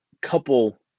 couple